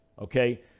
okay